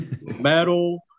metal